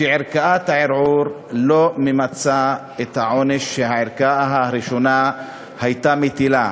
שערכאת הערעור לא ממצה את העונש שהערכאה הראשונה הייתה מטילה,